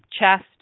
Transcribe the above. Chest